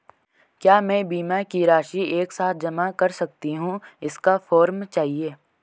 क्या मैं बीमा की राशि एक साथ जमा कर सकती हूँ इसका फॉर्म चाहिए?